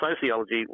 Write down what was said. sociology